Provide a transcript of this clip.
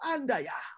Andaya